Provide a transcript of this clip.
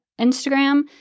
Instagram